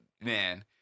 Man